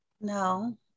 No